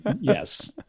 Yes